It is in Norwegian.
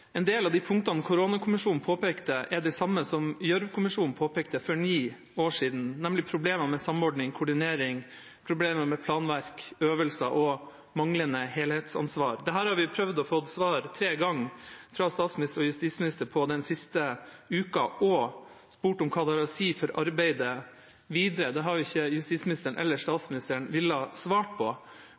en del av de punktene koronakommisjonen påpekte, er de samme som Gjørv-kommisjonen påpekte for ni år siden, nemlig problemer med samordning, koordinering og med planverk, øvelser og manglende helhetsansvar. Dette har vi prøvd å få svar på fra statsminister og justisminister tre ganger den siste uka og spurt om hva det har å si for arbeidet videre. Det har ikke justisministeren eller statsministeren villet svare på,